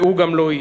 והוא גם לא יהיה.